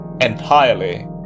entirely